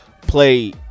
play